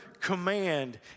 command